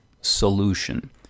Solution